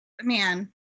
Man